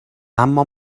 اما